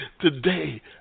today